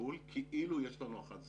הניהול כאילו יש לנו 11 תאגידים,